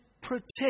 protect